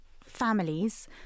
families